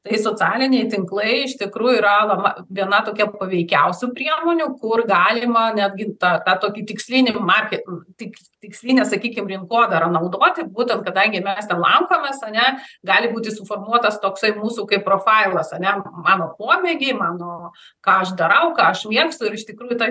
tai socialiniai tinklai iš tikrųjų yra va ma viena tokia paveikiausių priemonių kur galima netgi tą tą tokį tikslinį market tiks tikslinę sakykim rinkodarą naudoti būtent kadangi mes ten lankomės ane gali būti suformuluotas toksai mūsų kaip profailas ane mano pomėgiai mano ką aš darau ką aš mėgstu ir iš tikrųjų ta